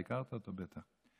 אתה הכרת אותו בטח,